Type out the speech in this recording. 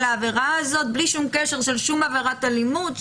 העבירה הזאת בלי שום קשר של עבירת אלימות.